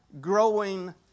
growing